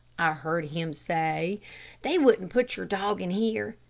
i heard him say they wouldn't put your dog in here.